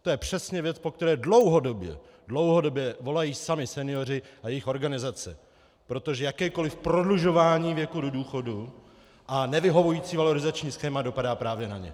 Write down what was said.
To je přesně věc, po které dlouhodobě dlouhodobě volají sami senioři a jejich organizace, protože jakékoli prodlužování věku do důchodu a nevyhovující valorizační schéma dopadá právě na ně.